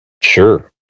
Sure